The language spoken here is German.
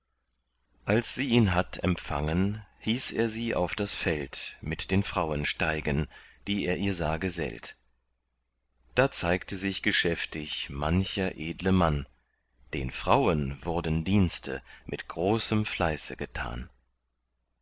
als sie ihn hatt empfangen hieß er sie auf das feld mit den frauen steigen die er ihr sah gesellt da zeigte sich geschäftig mancher edle mann den frauen wurden dienste mit großem fleiße getan